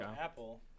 apple